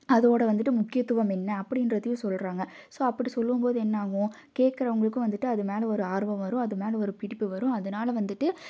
அதோட வந்துவிட்டு முக்கியத்துவம் என்ன அப்படின்றதையும் சொல்லுறாங்க ஸோ அப்புடி சொல்லும்போது என்னாகும் கேட்குறவங்களுக்கும் வந்துவிட்டு அது மேலே ஒரு ஆர்வம் வரும் அது மேலே ஒரு பிடிப்பு வரும் அதனால வந்துவிட்டு